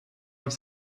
have